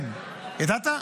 כן ידעת?